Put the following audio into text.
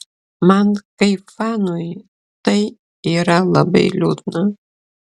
man kaip fanui tai yra labai liūdna